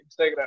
Instagram